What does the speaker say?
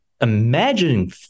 Imagine